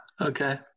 Okay